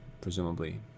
Presumably